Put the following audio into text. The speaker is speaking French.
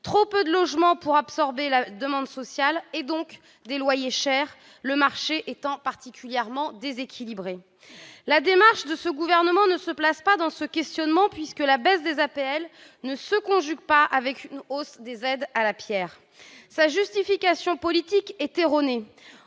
trop peu de logements pour absorber la demande sociale et, donc, des loyers élevés, le marché étant particulièrement déséquilibré. La démarche de ce gouvernement ne s'inscrit pas dans cette problématique, puisque la baisse des APL ne se conjugue pas avec une hausse des aides à la pierre. La justification politique est